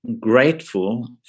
grateful